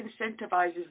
incentivizes